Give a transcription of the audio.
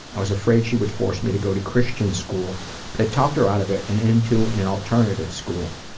i was afraid she would force me to go to christian school but i talked her out of it and into an an alternative school.